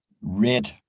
red